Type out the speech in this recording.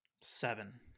Seven